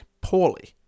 poorly